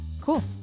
cool